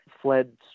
fled